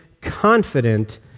confident